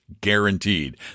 guaranteed